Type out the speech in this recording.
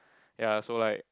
ya so like